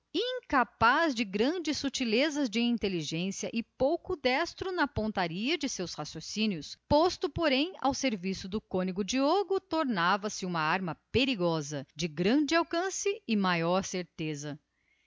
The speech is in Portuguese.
incapaz da mínima sutileza de inteligência e pouco destro na pontaria dos seus raciocínios posto porém ao serviço do cônego diogo tornara-se uma arma perigosa de grande alcance e maior certeza